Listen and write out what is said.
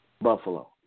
Buffalo